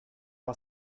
par